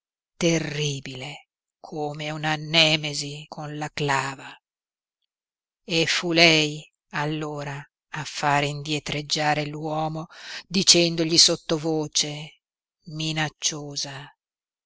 terribile come una nemesi con la clava e fu lei allora a far indietreggiare l'uomo dicendogli sottovoce minacciosa